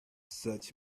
such